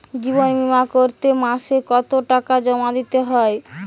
জীবন বিমা করতে মাসে কতো টাকা জমা দিতে হয়?